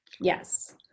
Yes